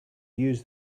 use